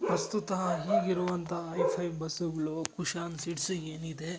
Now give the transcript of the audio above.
ಪ್ರಸ್ತುತ ಹೀಗಿರುವಂಥ ಹೈಫೈ ಬಸ್ಸುಗಳು ಕುಶಾನ್ ಸೀಟ್ಸು ಏನಿದೆ